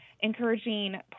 encouraging